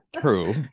true